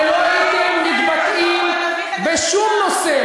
הרי לא הייתם מתבטאים בשום נושא,